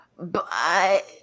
Bye